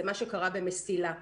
זה מה שקרה במסילה.